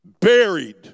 buried